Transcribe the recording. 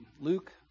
Luke